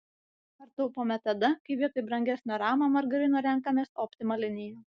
ar taupome tada kai vietoj brangesnio rama margarino renkamės optima liniją